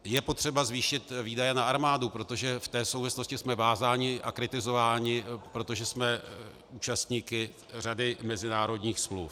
Je potřeba zvýšit výdaje na armádu, protože v té souvislosti jsme vázáni a kritizováni, protože jsme účastníky řady mezinárodních smluv.